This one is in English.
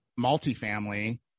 multifamily